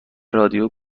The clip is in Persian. رادیو